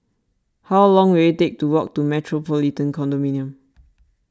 how long will it take to walk to the Metropolitan Condominium